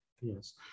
Yes